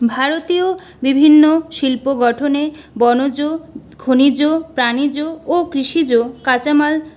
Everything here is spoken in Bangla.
ভারতীয় বিভিন্ন শিল্প গঠনে বনজ খনিজ প্রাণীজ ও কৃষিজ কাঁচা মাল